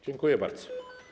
Dziękuję bardzo.